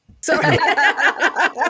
Sorry